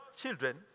children